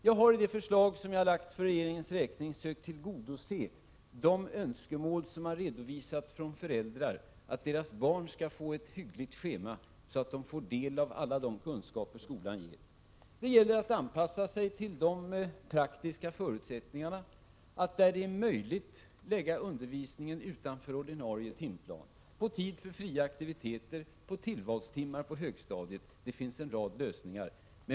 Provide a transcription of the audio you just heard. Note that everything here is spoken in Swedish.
Jag har i det förslag som jag har lagt för regeringens räkning försökt tillgodose de önskemål som har redovisats från föräldrar, att deras barn skall få ett hyggligt schema så att de får del av alla de kunskaper skolan ger. Det gäller att anpassa sig till de praktiska förutsättningarna, att där det är möjligt lägga undervisningen utanför ordinarie timplan: på tid för fria aktiviteter, på tillvalstimmar på högstadiet — det finns en rad lösningar.